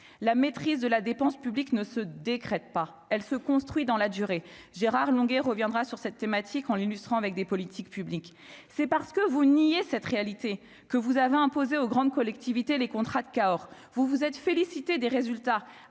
la maîtrise de la dépense publique ne se décrète pas, elle se construit dans la durée, Gérard Longuet reviendra sur cette thématique en l'illustrant avec des politiques publiques, c'est parce que vous nier cette réalité que vous avez imposé aux grandes collectivités, les contrats de Cahors, vous vous êtes félicité des résultats,